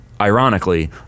ironically